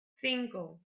cinco